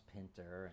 Pinter